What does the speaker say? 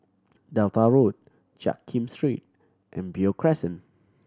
Delta Road Jiak Kim Street and Beo Crescent